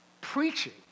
preaching